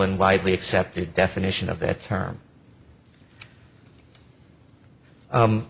and widely accepted definition of that term